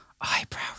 Eyebrow